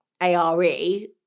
A-R-E